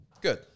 Good